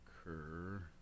occur